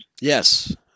Yes